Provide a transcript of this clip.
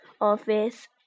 office